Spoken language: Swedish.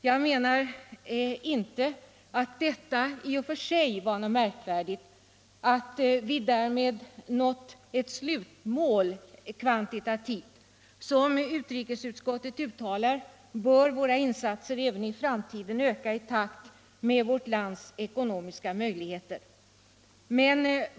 Jag menar inte att det i och för sig var något märkvärdigt, att vi därmed nått ett slutmål. Som utrikesutskottet uttalar bör våra insatser även i framtiden öka i takt med vårt lands ekonomiska möjligheter.